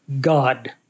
God